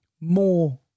more